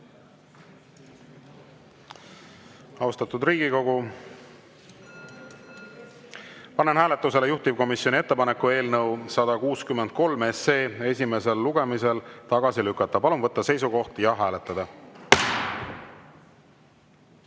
Austatud Riigikogu, panen hääletusele juhtivkomisjoni ettepaneku eelnõu 163 esimesel lugemisel tagasi lükata. Palun võtta seisukoht ja hääletada!